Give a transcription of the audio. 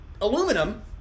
aluminum